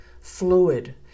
fluid